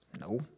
No